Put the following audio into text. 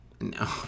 No